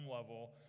level